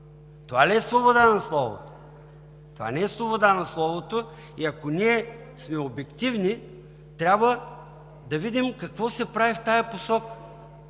Това ли е свобода на словото?! Това не е свобода на словото и ако ние сме обективни, трябва да видим какво се прави в тази посока